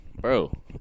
bro